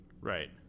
right